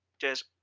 Cheers